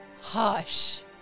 Hush